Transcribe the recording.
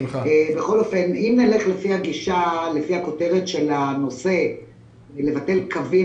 אם נלך לפי הכותרת של הנושא "לבטל קווים